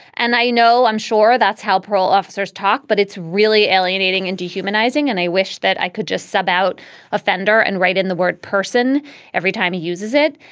and i know i'm sure that's how parole officers talk, but it's really alienating and dehumanizing. and i wish that i could just sub out offender and write in the word person every time he uses it.